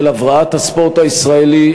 של הבראת הספורט הישראלי,